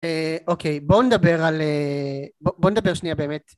אוקיי בוא נדבר על בוא נדבר שנייה באמת